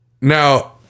Now